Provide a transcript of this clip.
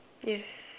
yes